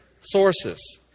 sources